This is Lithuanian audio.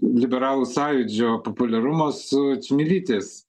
liberalų sąjūdžio populiarumo su čmilytės